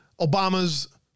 Obama's